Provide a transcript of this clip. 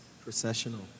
Processional